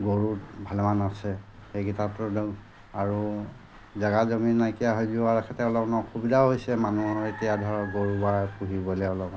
গৰু ভালেমান আছে সেইকেইটা একদম আৰু জেগা জমিন নাইকিয়া হৈ যোৱাৰ সৈতে অলপ অসুবিধাও হৈছে মানুহৰ এতিয়া ধৰক গৰু বা পুহিবলৈ অলপমান